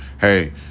Hey